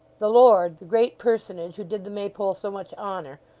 the lord, the great personage who did the maypole so much honour,